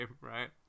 right